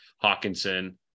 Hawkinson